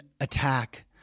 attack